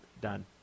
done